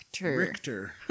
Richter